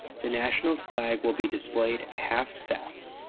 the national flag will be displayed at half-staff.